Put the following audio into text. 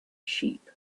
sheep